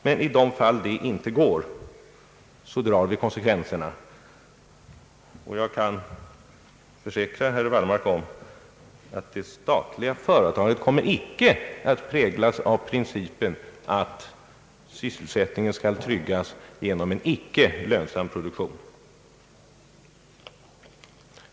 Men i de fall detta inte är möjligt drar vi konsekvenserna, och jag kan försäkra herr Wallmark att de statliga företagen icke kommer att präglas av principen att sysselsättningen skall tryggas genom en icke lönsam produktion.